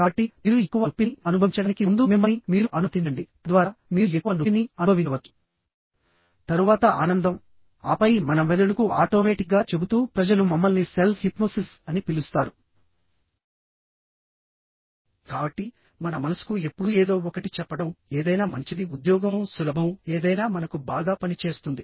కాబట్టి మీరు ఎక్కువ నొప్పిని అనుభవించడానికి ముందు మిమ్మల్ని మీరు అనుమతించండి తద్వారా మీరు ఎక్కువ నొప్పిని అనుభవించవచ్చు తరువాత ఆనందం ఆపై మన మెదడుకు ఆటోమేటిక్గా చెబుతూ ప్రజలు మమ్మల్ని సెల్ఫ్ హిప్నోసిస్ అని పిలుస్తారు కాబట్టి మన మనసుకు ఎప్పుడూ ఏదో ఒకటి చెప్పడం ఏదైనా మంచిది ఉద్యోగం సులభం ఏదైనా మనకు బాగా పని చేస్తుంది